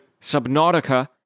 Subnautica